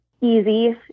Easy